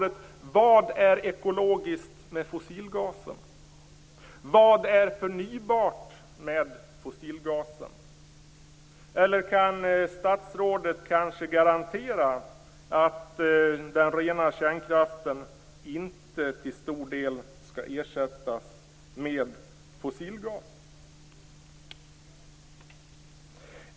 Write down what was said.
Eller kan statsrådet garantera att den rena kärnkraften inte till stor del skall ersättas med fossilgas?